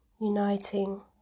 uniting